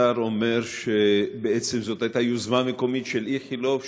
האם אדוני השר אומר שבעצם זו הייתה יוזמה מקומית של איכילוב,